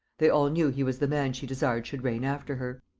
they all knew he was the man she desired should reign after her.